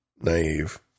naive